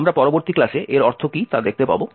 আমরা পরবর্তী ক্লাসে এর অর্থ কী তা দেখতে পাব